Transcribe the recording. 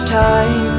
time